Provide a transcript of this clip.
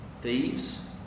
thieves